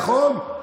נכון?